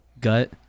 gut